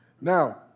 Now